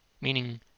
meaning